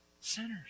sinners